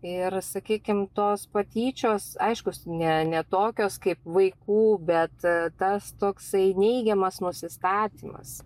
ir sakykim tos patyčios aišku ne ne tokios kaip vaikų bet tas toksai neigiamas nusistatymas